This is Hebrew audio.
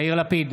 יאיר לפיד,